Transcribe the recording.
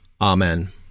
Amen